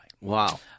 Wow